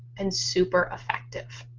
and super effective.